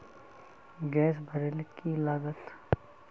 Gas भरले की लागत?